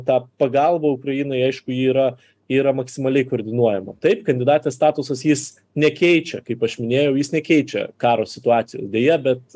ta pagalba ukrainai aišku ji yra yra maksimaliai koordinuojama taip kandidatės statusas jis nekeičia kaip aš minėjau jis keičia karo situacijų deja bet